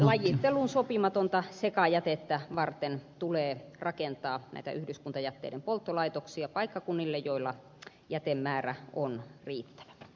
lajitteluun sopimatonta sekajätettä varten tulee rakentaa yhdyskuntajätteiden polttolaitoksia paikkakunnille joilla jätemäärä on riittävä